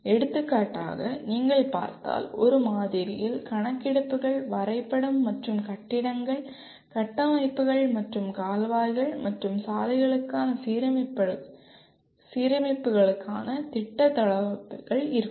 எடுத்துக்காட்டாக நீங்கள் பார்த்தால் ஒரு மாதிரியில் கணக்கெடுப்புகள் வரைபடம் மற்றும் கட்டிடங்கள் கட்டமைப்புகள் மற்றும் கால்வாய்கள் மற்றும் சாலைகளுக்கான சீரமைப்புகளுக்கான திட்ட தளவமைப்புகள் இருக்கும்